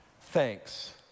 Thanks